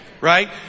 Right